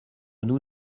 nous